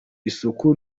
isuku